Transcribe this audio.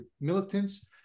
militants